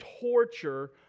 torture